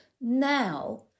Now